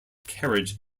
carriage